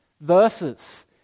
verses